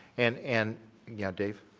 and and yeah, dave?